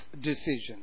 decision